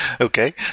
okay